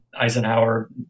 Eisenhower